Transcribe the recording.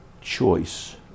choice